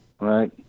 Right